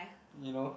you know